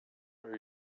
are